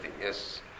yes